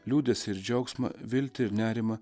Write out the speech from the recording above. liūdesį ir džiaugsmą viltį ir nerimą